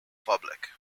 public